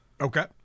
okay